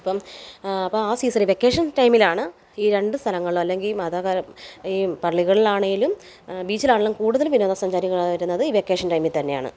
ഇപ്പം അപ്പം ആ സീസണിൽ വെക്കേഷൻ ടൈമിലാണ് ഈ രണ്ട് സ്ഥലങ്ങൾ അല്ലെങ്കിൽ മതകര ഈ പള്ളികളിലാണേലും ബീച്ചിലാണേലും കൂടുതൽ വിനോദസഞ്ചാരികൾ വരുന്നത് ഈ വെക്കേഷൻ ടൈമിൽ തന്നെയാണ്